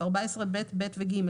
14ב(ב) ו־(ג),